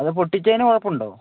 അത് പൊട്ടിക്കാനും കുഴപ്പമുണ്ടോ